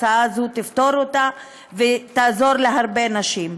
ההצעה הזאת תפתור אותה ותעזור להרבה נשים.